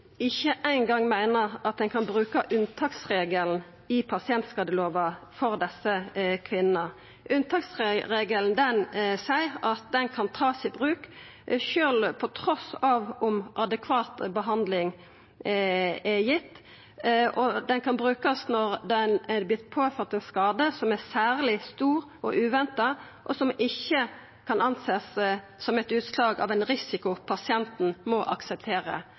at ein kan bruka unntaksregelen i pasientskadelova for desse kvinnene. Unntaksregelen kan takast i bruk trass i at adekvat behandling er gitt, og han kan brukast når ein er blitt påført ein skade som er særleg stor og uventa, og som ikkje kan sjåast på som eit utslag av ein risiko pasienten må